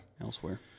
elsewhere